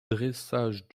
dressage